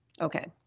Okay